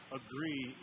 agree